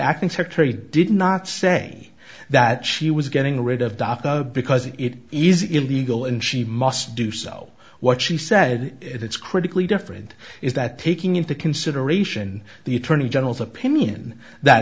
secretary did not say that she was getting rid of doctor because it easy illegal and she must do so what she said it's critically different is that taking into consideration the attorney general's opinion that